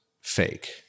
fake